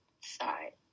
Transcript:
side